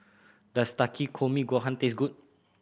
does Takikomi Gohan taste good